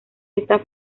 esta